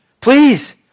Please